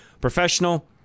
Professional